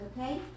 okay